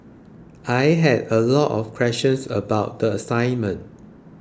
I had a lot of questions about the assignment